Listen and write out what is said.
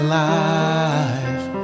life